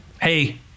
hey